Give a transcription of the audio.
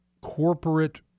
corporate